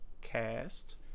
cast